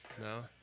No